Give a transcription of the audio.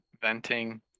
venting